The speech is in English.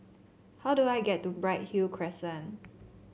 how do I get to Bright Hill Crescent